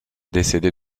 décédé